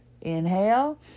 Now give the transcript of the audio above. Inhale